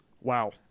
Wow